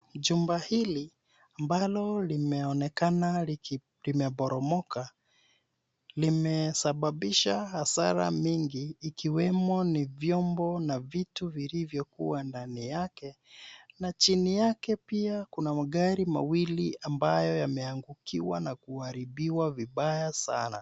Jumba hili ambalo limeonekana limeboromoka limesababisha hasara mingi ikiwemo ni vyombo na vitu vilivyokuwa ndani yake na chini yake pia kuna magari mawili ambayo yameangukiwa na kuharibiwa vibaya sana.